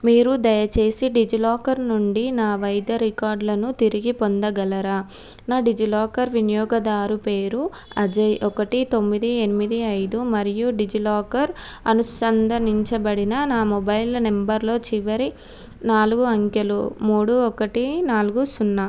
మీరు దయచేసి డిజిలాకర్ నుండి నా వైద్య రికార్డ్లను తిరిగి పొందగలరా నా డిజిలాకర్ వినియోగదారు పేరు అజయ్ ఒకటి తొమ్మిది ఎనిమిది ఐదు మరియు డిజిలాకర్ అనుసంధనించబడిన నా మొబైల్ నంబర్లో చివరి నాలుగు అంకెలు మూడు ఒకటి నాలుగు సున్నా